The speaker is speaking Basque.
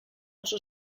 oso